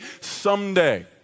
someday